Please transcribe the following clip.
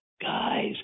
guys